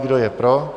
Kdo je pro?